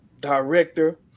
director